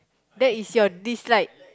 that is your dislike